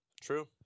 true